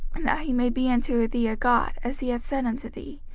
and that he may be unto thee a god, as he hath said unto thee,